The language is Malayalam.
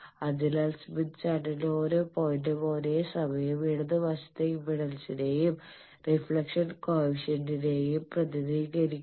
അതിനാൽ സ്മിത്ത് ചാർട്ടിലെ ഓരോ പോയിന്റും ഒരേസമയം ഇടതുവശത്തെ ഇംപെഡൻസിനെയും റിഫ്ലക്ഷൻ കോയെഫിഷ്യന്റിനെയും പ്രതിനിധീകരിക്കുന്നു